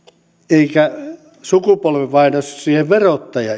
eikä sukupolvenvaihdos siihen verottaja